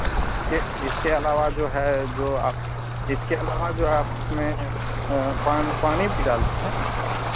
इसके अलावा जो है जो आप इसके अलावा जो है आप उसमें पान पानी भी डालते हैं